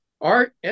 Art